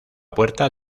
puerta